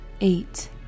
Eight